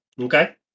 Okay